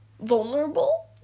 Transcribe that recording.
vulnerable